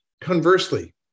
conversely